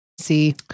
see